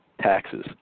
taxes